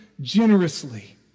generously